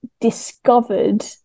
discovered